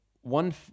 one